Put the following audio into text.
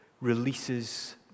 releases